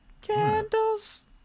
Candles